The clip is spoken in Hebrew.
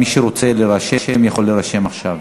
מי שרוצה להירשם, יכול להירשם עכשיו.